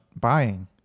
buying